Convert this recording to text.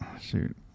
Shoot